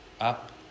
up